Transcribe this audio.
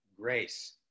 Grace